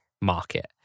Market